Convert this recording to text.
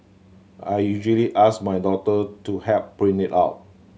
I usually ask my daughter to help print it out